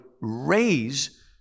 raise